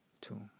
two